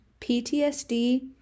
PTSD